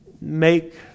make